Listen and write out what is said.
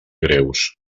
greus